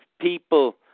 people